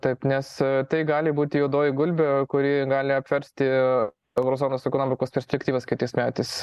taip nes tai gali būti juodoji gulbė kuri gali apversti euro zonos ekonomikos perspektyvas kitais metais